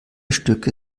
stücke